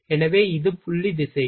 எனவே இது புள்ளி திசைகள்